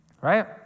Right